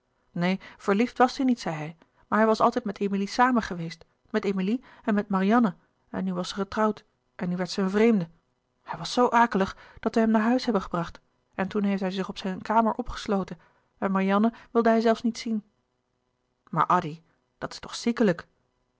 neen verliefd was die niet zei hij maar hij was altijd met emilie samen geweest met emilie en met marianne en nu was ze getrouwd en nu werd ze een vreemde hij was zoo akelig dat we hem naar huis hebben gebracht en toen heeft hij zich op zijn kamer opgesloten en marianne wilde hij zelfs niet zien maar addy dat is toch